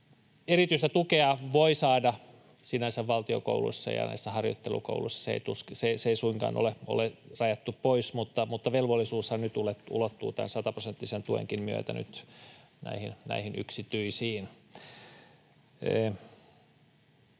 Erityistä tukea voi sinänsä saada valtion kouluissa ja näissä harjoittelukouluissa, sitä ei suinkaan ole rajattu pois, mutta velvollisuushan nyt ulottuu tämän sataprosenttisen tuen myötä nyt näihin yksityisiin.